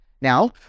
Now